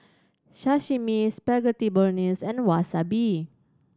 Sashimi Spaghetti Bolognese and Wasabi